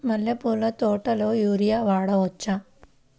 మల్లె పూల తోటలో యూరియా వాడవచ్చా?